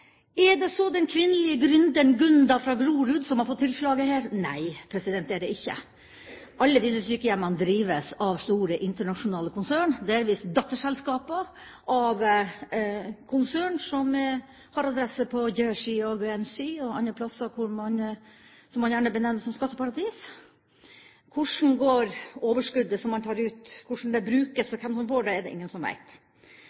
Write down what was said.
Er det så den kvinnelige gründeren Gunda fra Grorud som har fått tilslaget her? Nei, det er det ikke. Alle disse sykehjemmene drives av store, internasjonale konsern, delvis datterselskaper av konsern som har adresse på Jersey og Guernsey og andre steder som man gjerne benevner som skatteparadis. Hvordan overskuddet som man tar ut, brukes, og hvem som får det,